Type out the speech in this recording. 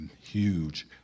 huge